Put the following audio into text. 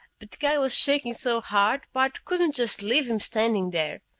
but the guy was shaking so hard bart couldn't just leave him standing there.